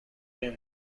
him